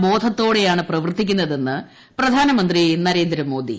ബോധത്തോടെയാണ് പ്രവർത്തിക്കുന്നതെന്ന് പ്രധാനമന്ത്രി നരേന്ദ്രമോദി